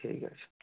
ঠিক আছে